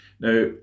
Now